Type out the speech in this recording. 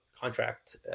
contract